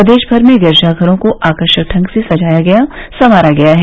प्रदेश भर में गिरजा घरों को आकर्षक ढंग से सजाया संवारा गया है